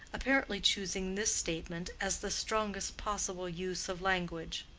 apparently choosing this statement as the strongest possible use of language.